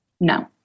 No